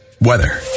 Weather